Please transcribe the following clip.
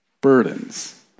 burdens